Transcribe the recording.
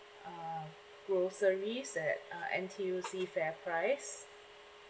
uh groceries at uh N_T_U_C fair price